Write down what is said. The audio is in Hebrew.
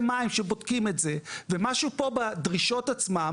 המים שבודקים את זה ומשהו פה בדרישות עצמן לא טוב.